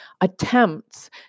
attempts